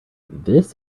this